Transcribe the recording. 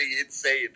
insane